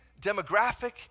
demographic